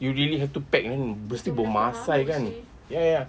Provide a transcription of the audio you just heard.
you really have to pack mesti bau masam kan ya ya